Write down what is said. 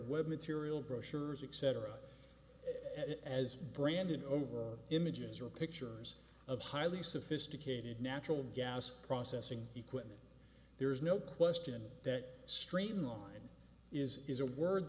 web material brochures except for a as branded over images or pictures of highly sophisticated natural gas processing equipment there is no question that streamline is is a word